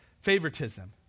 favoritism